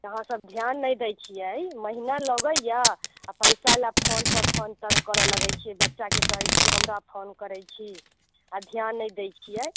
अहाँ सब ध्यान नहि दै छियै महिना लगैया आ पैसा लऽ फोन पर फोन तङ्ग करऽ लगैत छियै जे बच्चाके कहैत छियै हमरा फोन करैत छी आ ध्यान नहि दै छियै